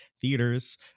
theaters